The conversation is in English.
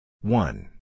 One